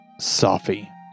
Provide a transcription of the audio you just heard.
Safi